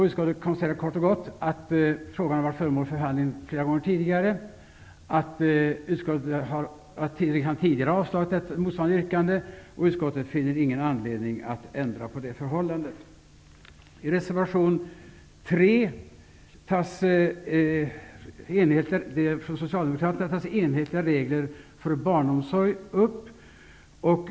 Utskottet konstaterar kort och gott att frågan har varit föremål för behandling flera gånger tidigare, och utskottet har tidigare avstyrkt motsvarande yrkande. Utskottet finner ingen anledning att ändra på detta förhållande. I reservation 3 från Socialdemokraterna tas frågan om enhetliga regler för barnomsorg upp.